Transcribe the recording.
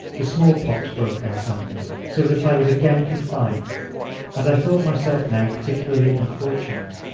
the small-pox broke out on me, so that i was again confined and i thought myself now particularly unfortunate.